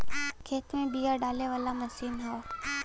खेत में बिया डाले वाला मशीन हौ